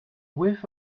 whiff